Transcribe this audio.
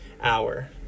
hour